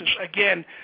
Again